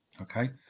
Okay